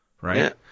Right